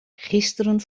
gisteren